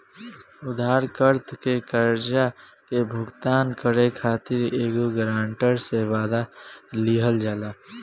उधारकर्ता के कर्जा के भुगतान करे खातिर एगो ग्रांटर से, वादा लिहल जाला